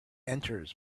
enters